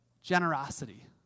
generosity